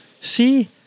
See